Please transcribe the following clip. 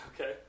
Okay